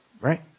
Right